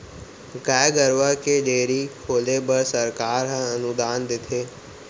गाय गरूवा के डेयरी खोले बर सरकार ह अनुदान देथे